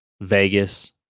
Vegas